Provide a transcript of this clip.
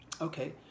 okay